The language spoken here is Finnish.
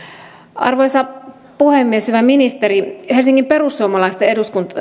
arvoisa puhemies hyvä ministeri helsingin perussuomalaisten